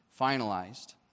finalized